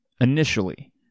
initially